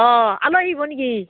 অঁ আলহী আহিব নেকি